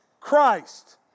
Christ